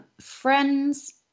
Friends